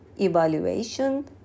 evaluation